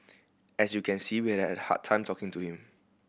as you can see we had a hard time talking to him